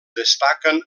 destaquen